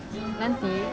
nanti